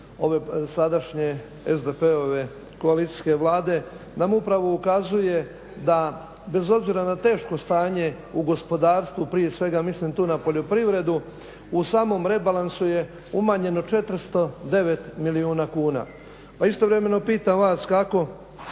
ove sadašnje SDP-ove koalicijske vlade nam upravo ukazuje da bez obzira na teško stanje u gospodarstvu, prije svega ja mislim tu na poljoprivredu u samom rebalansu je umanjeno 409 milijuna kuna. Pa istovremeno pitam vas kako